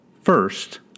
First